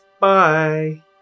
Bye